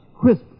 Crisp